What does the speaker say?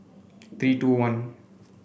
three two one